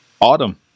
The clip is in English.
autumn